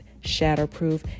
shatterproof